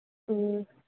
ꯎꯝ